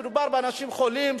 מדובר באנשים חולים,